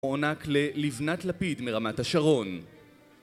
מעונק ללבנת לפיד מרמת השרון